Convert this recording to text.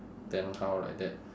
then how like that